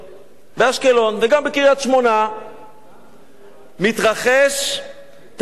באשקלון וגם בקריית-שמונה מתרחש תהליך